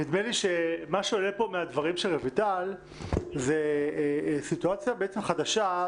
נדמה לי שמה שעולה פה מהדברים של רויטל זאת סיטואציה בעצם חדשה,